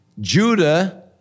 Judah